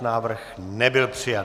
Návrh nebyl přijat.